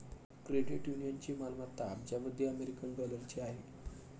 credit युनियनची मालमत्ता अब्जावधी अमेरिकन डॉलरची आहे